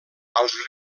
als